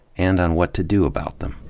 and on what to do about them.